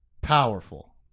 powerful